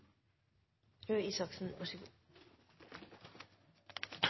Røe Isaksen